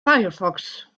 firefox